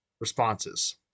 responses